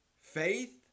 Faith